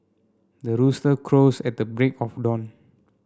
the rooster crows at the break of dawn